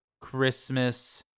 Christmas